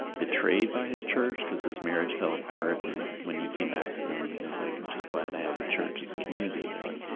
betrayed by his church because his marriage fell apart, and when he came back to them he was like, i'm just glad i have the church as a community and they were like,